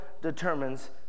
determines